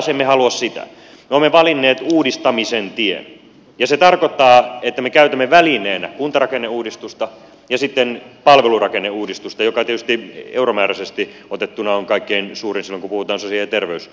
me olemme valinneet uudistamisen tien ja se tarkoittaa että me käytämme välineenä kuntarakenneuudistusta ja sitten palvelurakenneuudistusta joka tietysti euromääräisesti otettuna on kaikkein suurin silloin kun puhutaan sosiaali ja terveyspalveluista